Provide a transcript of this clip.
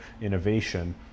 innovation